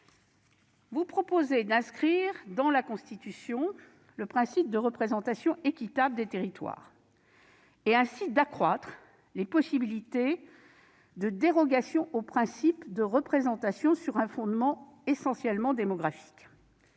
Vous souhaitez inscrire dans la Constitution le principe de représentation équitable des territoires et ainsi accroître les possibilités de dérogation au principe de représentation sur un fondement essentiellement démographique